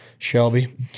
shelby